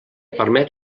permet